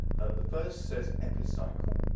the first says epicycle.